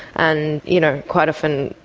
and you know quite often,